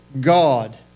God